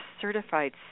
certified